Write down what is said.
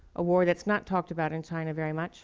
a war that's not talked about in china very much